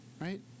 right